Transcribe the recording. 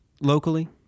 locally